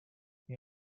may